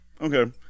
Okay